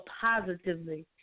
positively